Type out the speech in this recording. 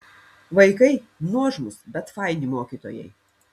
vaikai nuožmūs bet faini mokytojai